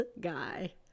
guy